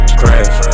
crash